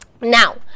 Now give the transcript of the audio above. Now